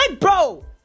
bro